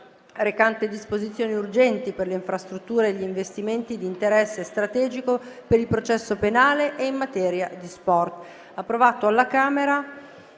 recante disposizioni urgenti per le infrastrutture e gli investimenti di interesse strategico, per il processo penale e in materia di sport